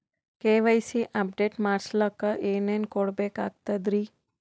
KYC update ಮಾಡಸ್ಲಕ ಏನೇನ ಕೊಡಬೇಕಾಗ್ತದ್ರಿ?